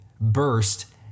burst